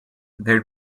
their